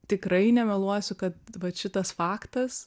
tikrai nemeluosiu kad vat šitas faktas